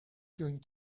going